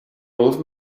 old